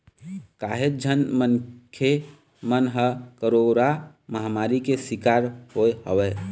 काहेच झन मनखे मन ह कोरोरा महामारी के सिकार होय हवय